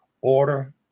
order